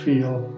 Feel